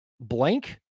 blank